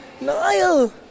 Niall